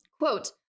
quote